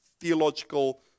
theological